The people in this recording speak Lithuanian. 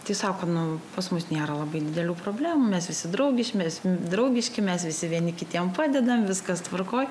tai sako nu pas mus nėra labai didelių problemų mes visi draugi mes draugiški mes visi vieni kitiem padedam viskas tvarkoj